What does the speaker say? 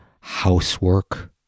housework